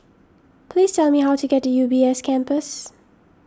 please tell me how to get to U B S Campus